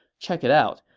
check it out.